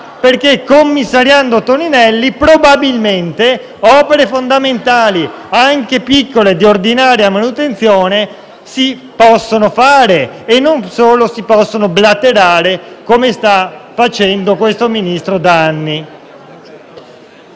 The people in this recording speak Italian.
perché commissariando Toninelli probabilmente opere fondamentali, anche piccole, di ordinaria manutenzione, si possono fare senza blaterare solamente come sta facendo il Ministro da anni.